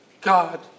God